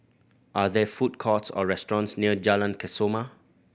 are there food courts or restaurants near Jalan Kesoma